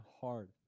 hard